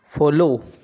follow